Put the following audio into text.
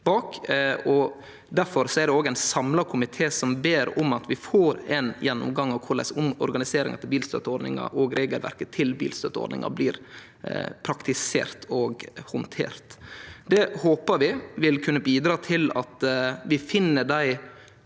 Difor er det òg ein samla komité som ber om å få ein gjennomgang av korleis organiseringa av bilstøtteordninga og regelverket for bilstøtteordninga blir praktisert og handtert. Det håpar vi vil kunne bidra til at vi finn dei